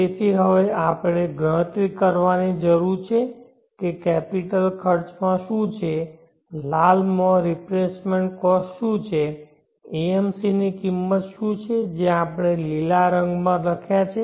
તેથી હવે આપણે ગણતરી કરવાની જરૂર છે કે કેપિટલખર્ચ શું છે લાલમાં રિપ્લેસમેન્ટ કોસ્ટ શું છે AMC ની કિંમત શું છે જે આપણે લીલા રંગમાં લખ્યા છે